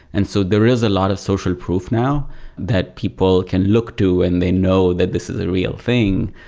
and so there is a lot of social proof now that people can look to and they know that this is the real thing.